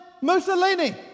Mussolini